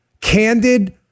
candid